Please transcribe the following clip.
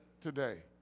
today